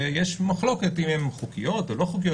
שיש מחלוקת אם הן חוקיות או לא חוקיות,